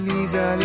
Lisa